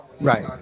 Right